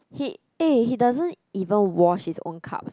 he eh he doesn't even wash his own cups